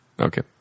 okay